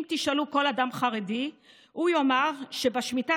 אם תשאלו כל אדם חרדי הוא יאמר שבשמיטה